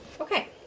Okay